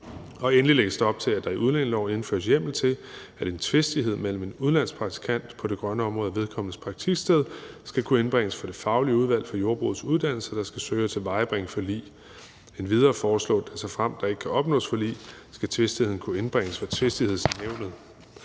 Endelig lægges der op til, at der i udlændingeloven indføres hjemmel til, at en tvistighed mellem en udenlandsk praktikant på det grønne område og vedkommendes praktiksted skal kunne indbringes for Det faglige udvalg for Jordbrugets Uddannelser, der skal søge at tilvejebringe forlig. Endvidere foreslås det, at såfremt der ikke kan opnås forlig, skal tvistigheden kunne indbringes for Tvistighedsnævnet.